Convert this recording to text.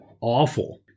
awful